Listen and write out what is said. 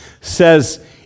says